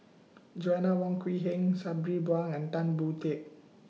Joanna Wong Quee Heng Sabri Buang and Tan Boon Teik